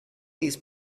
these